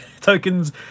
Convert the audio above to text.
tokens